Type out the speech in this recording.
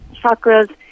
chakras